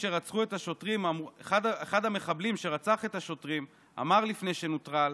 אחד המחבלים שרצחו את השוטרים אמר לפני שנוטרל: